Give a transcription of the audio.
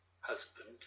husband